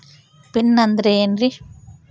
Pin ಅಂದ್ರೆ ಏನ್ರಿ?